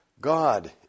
god